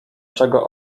czego